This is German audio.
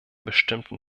bestimmten